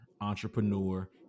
entrepreneur